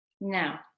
Now